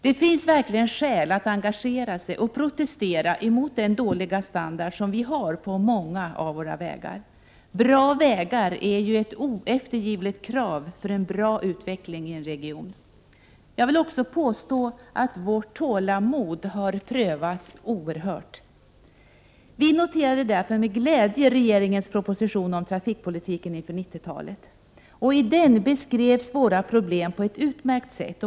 Det finns verkligen skäl att engagera sig och protestera mot den dåliga standard som vi har på många av våra vägar. Bra vägar är ju ett oeftergivligt krav för en bra utveckling i en region. Jag vill också påstå att vårt tålamod har prövats oerhört. Vi noterade därför med glädje regeringens proposition om trafikpolitiken inför 1990 talet. I den beskrevs våra problem på ett utmärkt sätt.